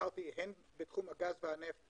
הן בתחום הגז והנפט